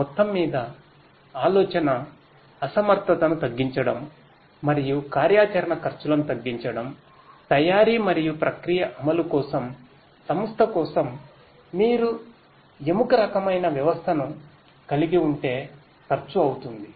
మొత్తంమీద ఆలోచన అసమర్థతను తగ్గించడం మరియు కార్యాచరణ ఖర్చులను తగ్గించడం తయారీ మరియు ప్రక్రియ అమలు కోసం సంస్థ కోసం మీరు ఎముక రకమైన వ్యవస్థను కలిగి ఉంటే ఖర్చు అవుతుంది